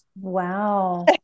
wow